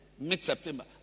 mid-September